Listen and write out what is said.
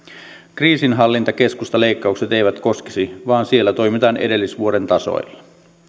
kriisinhallintakeskusta leikkaukset eivät koskisi vaan siellä toimitaan edellisvuoden tasoilla